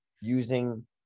using